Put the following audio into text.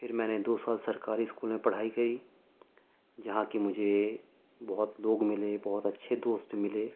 پھر میں نے دو سال سرکاری اسکول میں پڑھائی کری جہاں کہ مجھے بہت لوگ ملے بہت اچھے دوست ملے